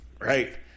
right